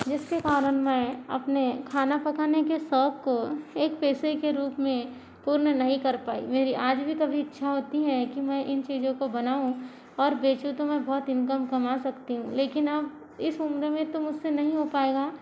जिसके कारण मैं अपने खाना पकाने के शौक को एक पेशे के रूप में पूर्ण नहीं कर पाई मेरी आज भी कभी इच्छा होती है कि इन चीजों को बनाऊं और बेचूँ तो मैं बहुत इनकम कमा सकती हूँ लेकिन अब इस उम्र में तो मुझसे नहीं हो पाएगा